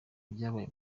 ibyabaye